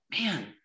man